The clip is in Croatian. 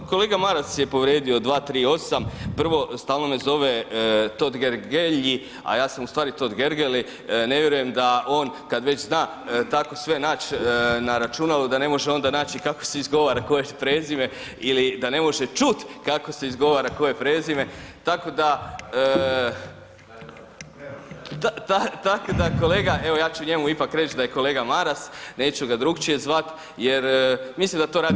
Pa kolega Maras je povrijedio 238, prvo stalno me zove Totgergelji, a ja sam u stvari Totgergeli, ne vjerujem da on, kad već zna tako sve nać na računalu, da ne može onda nać i kako se izgovara koje prezime ili da ne može čut kako se izgovara koje prezime, tako da kolega, evo ja ću njemu ipak reći da je kolega Maras, neću ga drukčije zvat jer mislim da to [[Upadica: Dobro, hvala]] radi namjerno.